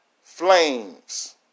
flames